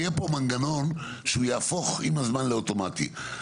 יהי פה מנגנון שהוא יהפוך עם הזמן לאוטומטי.